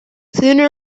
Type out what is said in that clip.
sooner